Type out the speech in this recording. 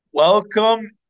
Welcome